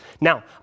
Now